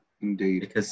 Indeed